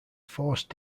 force